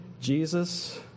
Jesus